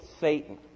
Satan